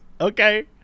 okay